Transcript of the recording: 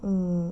uh